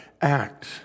act